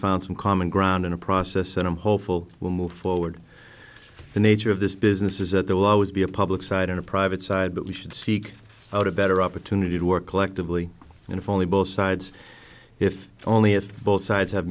found some common ground in a process that i'm hopeful will move forward the nature of this business is that there will always be a public side and a private side but we should seek out a better opportunity to work collectively if only both sides if only if both sides have